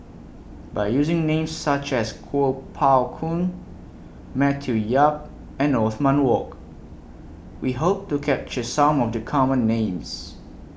By using Names such as Kuo Pao Kun Matthew Yap and Othman Wok We Hope to capture Some of The Common Names